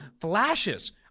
flashes